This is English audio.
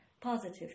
positive